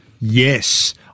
Yes